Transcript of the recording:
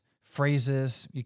phrases